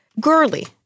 girly